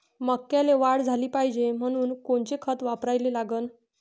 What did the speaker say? मक्याले वाढ झाली पाहिजे म्हनून कोनचे खतं वापराले लागन?